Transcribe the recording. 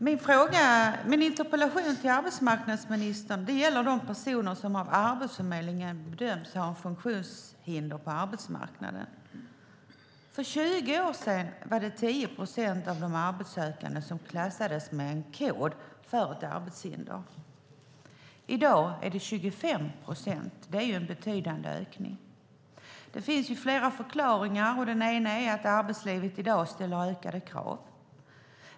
Fru talman! Min interpellation till arbetsmarknadsministern gäller de personer som av Arbetsförmedlingen bedöms ha ett funktionshinder på arbetsmarknaden. För 20 år sedan var det 10 procent av de arbetssökande som klassades med en kod för arbetshinder. I dag är det 25 procent. Det är en betydande ökning. Det finns flera förklaringar. Den ena är att arbetslivet i dag ställer ökade krav.